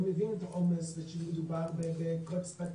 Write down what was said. אני מבין את העומס ושמדובר בעומס,